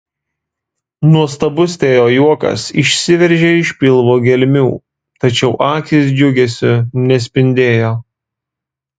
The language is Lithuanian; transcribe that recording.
nuostabus teo juokas išsiveržė iš pilvo gelmių tačiau akys džiugesiu nespindėjo